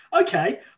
okay